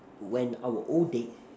when our old days